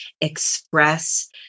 express